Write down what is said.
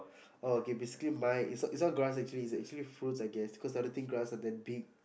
oh okay basically mine is not is not grass actually is actually fruits I guess cause I think_grass not that big